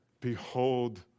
behold